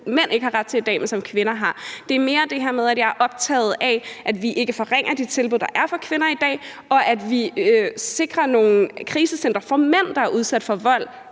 mænd ikke har ret til i dag, men som kvinder har. Det er mere det her med, at jeg er optaget af, at vi ikke forringer de tilbud, der er for kvinder i dag, og at vi sikrer nogle krisecentre for mænd, der er udsat for vold,